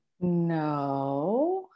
No